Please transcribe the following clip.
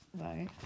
Right